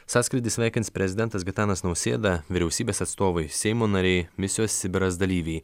sąskrydį sveikins prezidentas gitanas nausėda vyriausybės atstovai seimo nariai misijos sibiras dalyviai